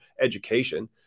education